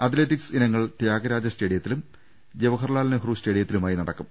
athletics ഇനങ്ങൾ ത്യാഗരാജ സ്റ്റേഡിയത്തിലും ജവഹർലാൽ നെഹ്റു സ്റ്റേഡിയത്തിലുമായി നടക്കും